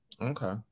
Okay